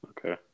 Okay